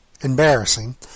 embarrassing